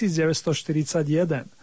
1941